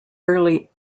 early